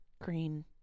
Green